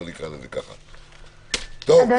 אדוני,